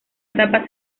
etapa